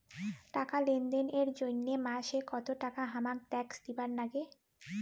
টাকা লেনদেন এর জইন্যে মাসে কত টাকা হামাক ট্যাক্স দিবার নাগে?